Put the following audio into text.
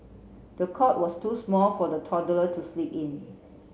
the cot was too small for the toddler to sleep in